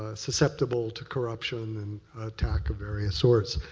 ah susceptible to corruption and attack of various sorts.